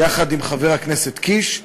יחד עם חבר הכנסת קיש,